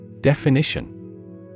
Definition